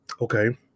Okay